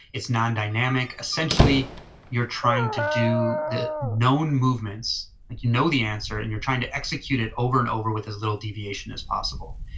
it's non dynamic. essentially you're trying to do the known movements like you know the answer and you're trying to execute it over and over with as little deviation as possible.